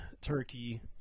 turkey